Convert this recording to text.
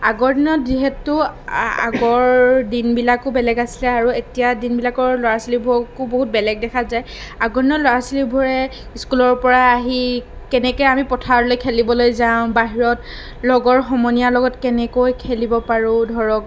আগৰ দিনত যিহেতু আ আগৰ দিনবিলাকো বেলেগ আছিলে আৰু এতিয়াৰ দিনবিলাকৰ ল'ৰা ছোৱালীবোৰকো বহুত বেলেগ দেখা যায় আগৰ দিনত ল'ৰা ছোৱালীবোৰে স্কুলৰ পৰা আহি কেনেকৈ আমি পথাৰলৈ খেলিবলৈ যাম বাহিৰত লগৰ সমনীয়াৰ লগত কেনেকৈ খেলিব পাৰোঁ ধৰক